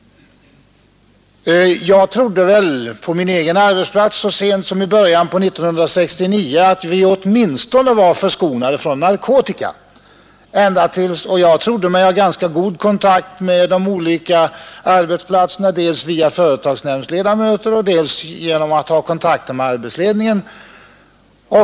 Jag trodde så sent som i början av 1969 att vi på min egen arbetsplats åtminstone var förskonade från narkotika. Jag trodde mig ha ganska god kontakt med de olika arbetsplatserna dels genom företagsnämndens medlemmar och dels genom att ta täta kontakter med arbetsledningen.